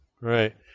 Right